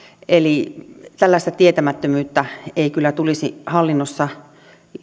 eli tällaista tietämättömyyttä ei kyllä tulisi hallinnossa